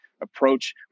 approach